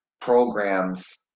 programs